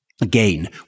Again